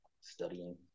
studying